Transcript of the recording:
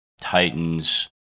Titans